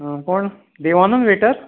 आं कोण देवानंद व्हेटर